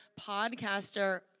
podcaster